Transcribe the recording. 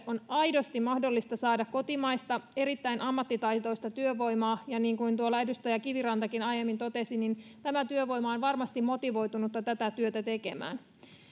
on aidosti mahdollista saada kotimaista erittäin ammattitaitoista työvoimaa ja niin kuin edustaja kivirantakin aiemmin totesi tämä työvoima on varmasti motivoitunutta tätä työtä tekemään